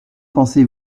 pensez